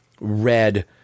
Red